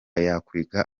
yakwiga